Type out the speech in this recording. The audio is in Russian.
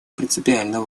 принципиально